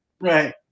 Right